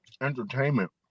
Entertainment